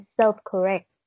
self-correct